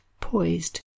poised